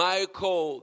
Michael